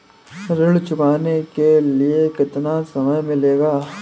ऋण चुकाने के लिए कितना समय मिलेगा?